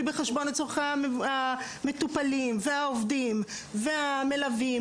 בחשבון את צרכי המטופלים והעובדים והמלווים,